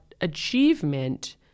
achievement